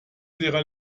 sierra